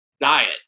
diet